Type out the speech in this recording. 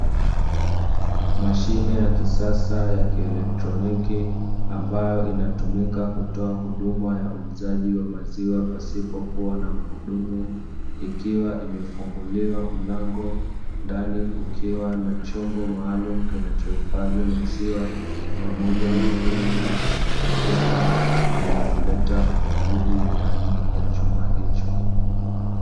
Mashine ya kisasa ya kieletroniki ambayo inatumika kutoa huduma ya uuzaji wa maziwa pasipo kuwa na muhudumu, ikiwa imefungiliwa mlango ndani kukiwa na chombo maalumu kinachohifadhi maziwa, pamoja na feni inayozunguka yenye kuleta ubaridi ndani ya chumba hicho.